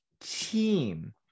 team